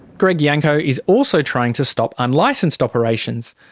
greg yanco is also trying to stop unlicensed operations.